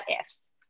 ifs